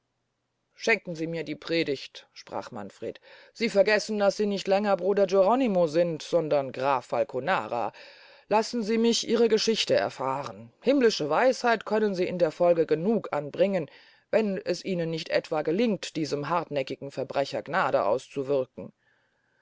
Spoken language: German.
schenken sie mir die predigt sprach manfred sie vergessen daß sie nicht länger bruder geronimo sind sondern graf falconara lassen sie mich ihre geschichte erfahren himmlische weisheit können sie in der folge genug anbringen wenn es ihnen etwa nicht gelingt diesem hartnäckigen verbrecher gnade auszuwürken